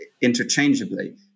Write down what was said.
interchangeably